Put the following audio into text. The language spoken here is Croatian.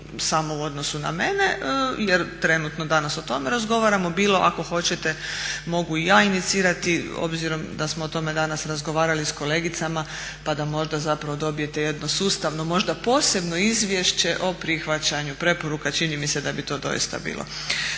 samo u odnosu na mene jer trenutno danas o tome razgovaramo, bilo ako hoćete mogu i ja inicirati obzirom da smo o tome danas razgovarali s kolegicama pa da možda zapravo dobijete jedno sustavno možda posebno izvješće o prihvaćanju preporuka. Čini mi se da bi to doista bilo